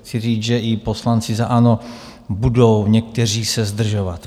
Chci říct, že i poslanci za ANO se budou někteří zdržovat.